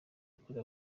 yakorewe